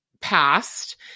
passed